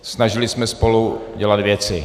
Snažili jsme se spolu dělat věci.